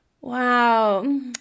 Wow